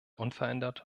unverändert